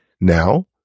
now